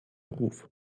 ruf